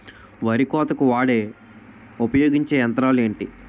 వరి కోతకు వాడే ఉపయోగించే యంత్రాలు ఏంటి?